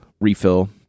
refill